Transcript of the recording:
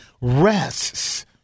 rests